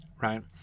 Right